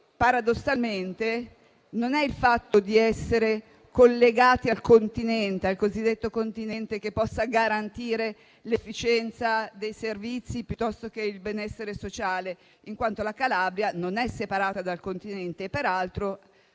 paradossalmente, non è il fatto di essere collegati al cosiddetto continente a garantire l'efficienza dei servizi e il benessere sociale, in quanto la Calabria non è separata dal continente, ma